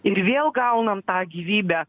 ir vėl gaunam tą gyvybę